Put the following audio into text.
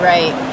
Right